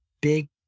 big